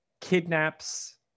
kidnaps